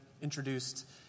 introduced